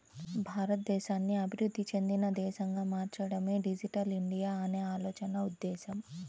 భారతదేశాన్ని అభివృద్ధి చెందిన దేశంగా మార్చడమే డిజిటల్ ఇండియా అనే ఆలోచన ఉద్దేశ్యం